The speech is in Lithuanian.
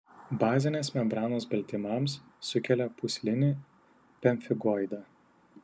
bazinės membranos baltymams sukelia pūslinį pemfigoidą